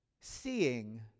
seeing